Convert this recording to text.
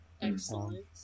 excellent